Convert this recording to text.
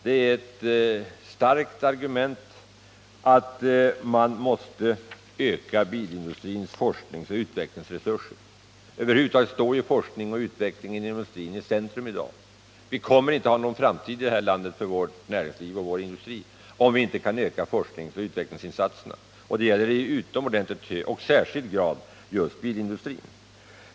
Det är ett starkt argument för att man måste öka bilindustrins forskningsoch utvecklingsresurser. Över huvud taget står forskning och utveckling inom industrin i centrum i dag. Näringsliv och industri kommer inte att ha någon framtid i detta land, om vi inte kan öka forskningsoch utvecklingsinsatserna. Det gäller i särskilt hög grad just bilindustrin.